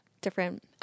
different